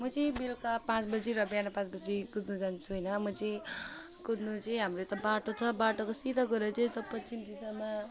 म चाहिँ बेलुका पाँच बजे र बिहान पाँच बजे कुद्नु जान्छु होइन म चाहिँ कुद्नु चाहिँ हाम्रो यता बाटो छ बाटोको सिधा गएर चाहिँ